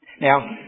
Now